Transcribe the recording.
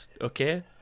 Okay